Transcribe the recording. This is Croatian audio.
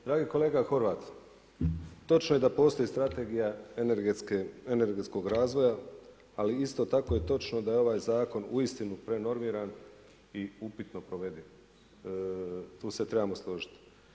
Dragi kolega Horvat, točno je da postoji strategija energetskog razvoja ali isto tako je točno da je ovaj zakon prenormiran i upitno provediv, tu se trebamo složit.